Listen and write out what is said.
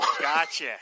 Gotcha